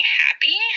happy